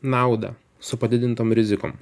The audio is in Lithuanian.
naudą su padidintom rizikom